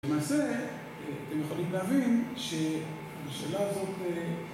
למעשה, אתם יכולים להבין שהשאלה הזאת